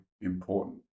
important